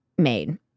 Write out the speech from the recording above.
Made